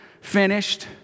finished